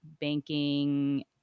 banking